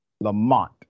Lamont